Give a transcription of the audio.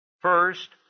First